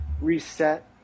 reset